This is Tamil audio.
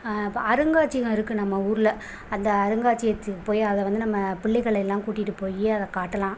இப்போ அருங்காட்சியகம் இருக்கு நம்ம ஊரில் அந்த அருங்காட்சியகத்துக்கு போய் அதை வந்து நம்ம புள்ளைகளெல்லாம் கூட்டிட்டு போய் அதை காட்டலாம்